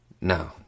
no